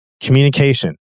communication